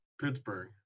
Pittsburgh